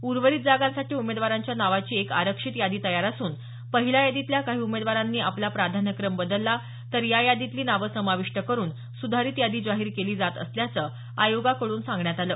उर्वरित जागांसाठी उमेदवारांच्या नावाची एक आरक्षित यादी तयार असून पहिल्या यादीतल्या काही उमेदवारांनी आपला प्राधान्यक्रम बदलला तर या यादीतली नावं समाविष्ट करून सुधारित यादी जाहीर केली जात असल्याचं आयोगाकडून सांगण्यात आलं